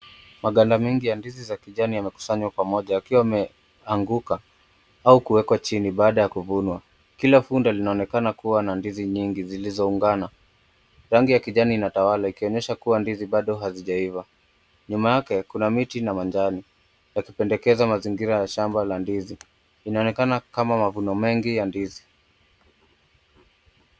Maganda mengi ya ndizi za kijani yamekusanywa pamoja yakiwa yameanguka au kuwekwa chini baada ya kuvunwa. Kila kundi linaonekana kuwa na ndizi nyingi zilizo ungana. Rangi ya kijani inatawala ikionyesha ndizi bado hazijaiva. Nyuma yake kuna miti na majani yakipendekeza mazingira ya shamba la ndizi inaonekana kama mavuno mengi ya ndizi.